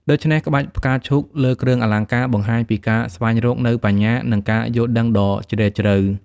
ដូច្នេះ ក្បាច់ផ្កាឈូកលើគ្រឿងអលង្ការបង្ហាញពីការស្វែងរកនូវបញ្ញា និងការយល់ដឹងដ៏ជ្រាលជ្រៅ។